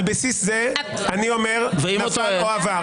על בסיס זה אני אומר נפל או עבר.